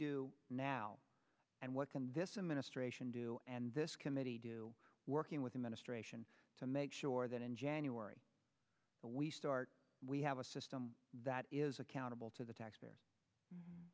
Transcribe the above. do now and what can this administration do and this committee do working with the ministration to make sure that in january we start we have a system that is accountable to the taxpayer